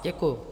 Děkuju.